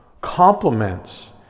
Compliments